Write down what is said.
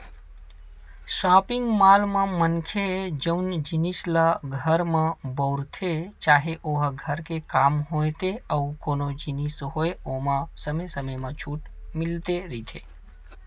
shopping mall म मनखे जउन जिनिस ल घर म बउरथे चाहे ओहा घर के काम होय ते अउ कोनो जिनिस होय ओमा समे समे म छूट मिलते रहिथे